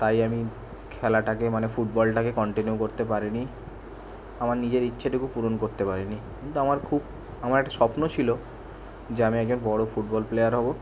তাই আমি খেলাটাকে মানে ফুটবলটাকে কন্টিনিউ করতে পারিনি আমার নিজের ইচ্ছেটুকু পূরণ করতে পারিনি কিন্তু আমার খুব আমার একটা স্বপ্ন ছিল যে আমি একজন বড় ফুটবল প্লেয়ার হব